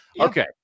Okay